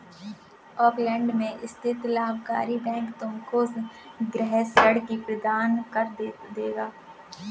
Auckland में स्थित लाभकारी बैंक तुमको गृह ऋण भी प्रदान कर देगा